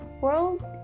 world